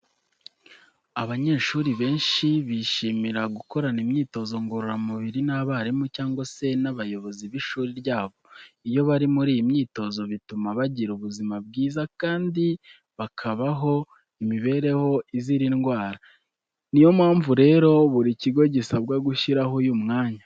Abanyeshuri benshi bishimira gukorana imyitozo ngororamubiri n'abarimu cyangwa se n'abayobozi b'ishuri ryabo. Iyo bari muri iyi myitozo bituma bagira ubuzima bwiza kandi bakabaho imibereho izira indwara. Ni yo mpamvu rero buri kigo gisabwa gushyiraho uyu mwanya.